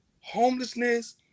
homelessness